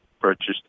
purchased